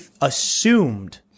assumed